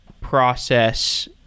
process